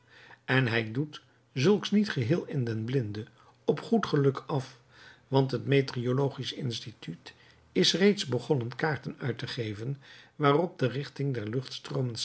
en hij doet zulks niet geheel in den blinde op goed geluk af want het meteorologisch instituut is reeds begonnen kaarten uit te geven waarop de richting der luchtstroomen